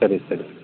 ಸರಿ ಸರಿ